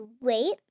wait